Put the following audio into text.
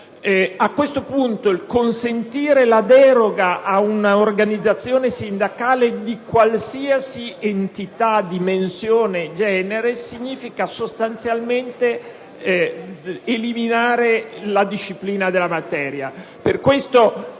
A questo punto, consentire la deroga ad un'organizzazione sindacale di qualsiasi entità, dimensione e genere significa eliminare sostanzialmente la disciplina della materia.